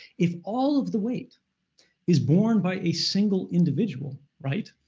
if all of the weight is borne by a single individual, right,